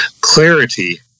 clarity